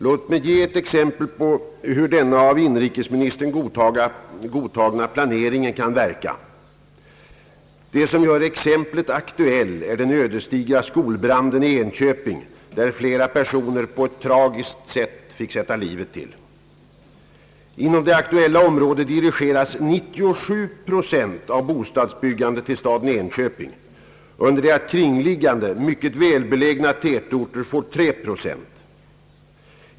Låt mig ge ett exempel på hur denna av inrikesministern godtagna planering kan verka. Det som gör exemplet aktuellt är den ödesdigra skolbranden i Enköping, där flera personer på ett tragiskt vis fick sätta livet till. Inom det aktuella området dirigeras 97 procent av bostadsbyggandet till staden Enköping, under det att kringliggande mycket välbelägna tätorter får 3 procent.